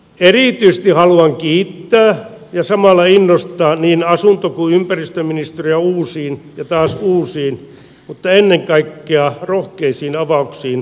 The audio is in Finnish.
erityisesti haluan kiittää ja samalla innostaa niin asunto kuin ympäristöministeriötä uusiin ja taas uusiin mutta ennen kaikkea rohkeisiin avauksiin tehtävässänne